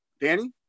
Danny